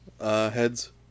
heads